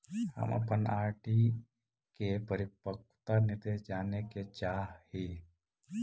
हम अपन आर.डी के परिपक्वता निर्देश जाने के चाह ही